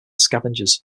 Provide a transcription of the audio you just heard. scavengers